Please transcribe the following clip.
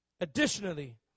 Additionally